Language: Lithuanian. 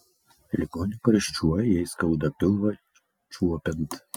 ligonė karščiuoja jai skauda pilvą čiuopiant